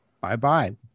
Bye-bye